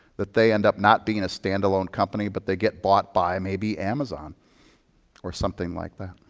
that they end up not being a standalone company, but they get bought by, maybe, amazon or something like that.